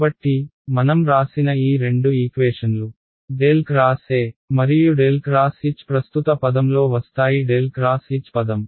కాబట్టి మనం రాసిన ఈ రెండు ఈక్వేషన్లు ∇ X E మరియు ∇ X H ప్రస్తుత పదంలో వస్తాయి ∇ X H పదం